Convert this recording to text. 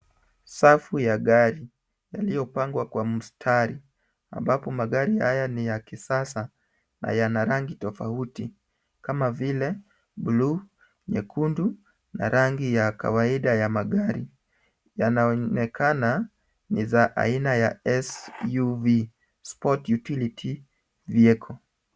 Safu ya gari yaliopangwa kwa mstari, ambapo magari haya ni ya kisasa na yana rangi tofauti kama vile blue ,nyekundu na rangi ya kawaida ya magari. Yanaonekana ni za aina ya SUV, sport utility vehicle .